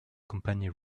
company